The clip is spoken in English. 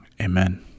amen